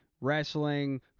wrestling